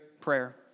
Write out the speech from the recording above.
prayer